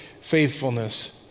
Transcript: faithfulness